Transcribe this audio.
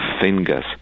fingers